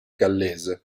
gallese